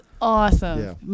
awesome